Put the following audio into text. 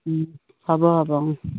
হ'ব হ'ব